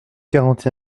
quarante